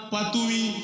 Patui